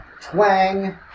Twang